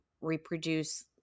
reproduce